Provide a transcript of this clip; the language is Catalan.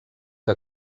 que